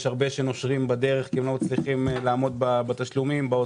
יש הרבה שנושרים בדרך כי הם לא מצליחים לעמוד בהוצאות,